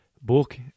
book